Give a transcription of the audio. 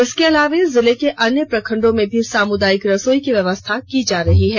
इसके अलावे जिले के अन्य प्रखंडो में भी सामुदायिक रसोई की व्यवस्था की जा रही है